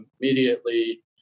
immediately